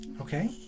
Okay